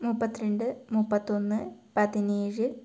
മുപ്പത്തി രണ്ട് മുപ്പത്തി ഒന്ന് പതിനേഴ്